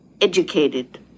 educated